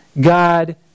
God